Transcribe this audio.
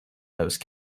those